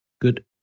good